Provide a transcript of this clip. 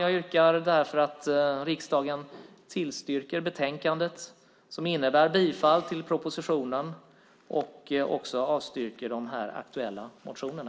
Jag yrkar bifall till förslaget i utskottets betänkande och avslag på de aktuella motionerna.